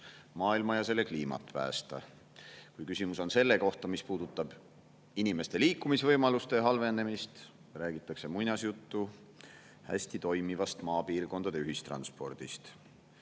maailma ja kliimat päästa. Kui küsimus on selles, mis puudutab inimeste liikumisvõimaluste halvenemist, räägitakse muinasjuttu hästi toimivast maapiirkondade ühistranspordist.